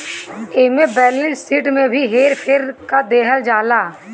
एमे balance sheet में भी हेर फेर क देहल जाता